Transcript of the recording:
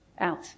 out